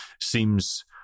seems